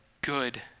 good